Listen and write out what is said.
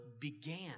began